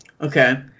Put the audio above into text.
okay